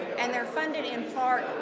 and they're funded, in part,